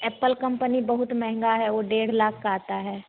Apple company बहुत महँगा है वह डेढ़ लाख का आता है